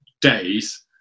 days